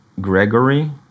Gregory